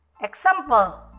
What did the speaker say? Example